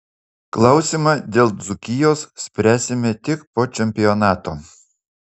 klausimą dėl dzūkijos spręsime tik po čempionato